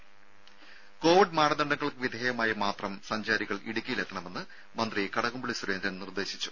രംഭ Covid മാനദണ്ഡങ്ങൾക്ക് വിധേയമായി മാത്രം സഞ്ചാരികൾ ഇടുക്കിയിൽ എത്തണമെന്ന് മന്ത്രി കടകംപള്ളി സുരേന്ദ്രൻ നിർദ്ദേശിച്ചു